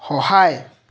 সহায়